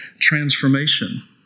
transformation